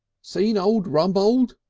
seen old rumbold?